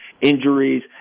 injuries